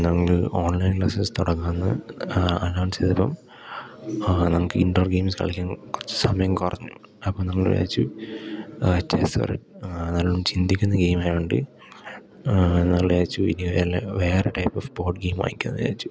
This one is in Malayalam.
ഞങ്ങൾ ഓൺലൈൻ ക്ലാസ്സസ് തുടങ്ങാന്ന് അനൗൺസ് ചെയ്തു അപ്പം നിങ്ങൾക്ക് ഇൻഡോർ ഗെയിംസ് കളിക്കാൻ കുറച്ച് സമയം കുറഞ്ഞു അപ്പം ഞങ്ങൾ വിചാരിച്ചു ചെസ്സ് ഒരു നല്ലോണം ചിന്തിക്കുന്ന ഗെയിം ആയത് കൊണ്ട് ഞങ്ങൾ വിചാരിച്ചു ഇനി വല്ല വേറെ ടൈപ്പ് ഓഫ് ബോർഡ് ഗെയിം വാങ്ങിക്കാം എന്ന് വിചാരിച്ചു